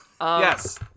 yes